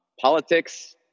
politics